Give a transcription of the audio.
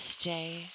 stay